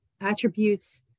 attributes